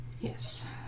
Yes